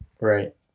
Right